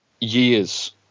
years